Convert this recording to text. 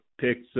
picks